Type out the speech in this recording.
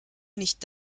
nicht